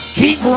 keep